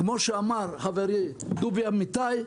כמו שאמר חברי דובי אמיתי,